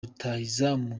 rutahizamu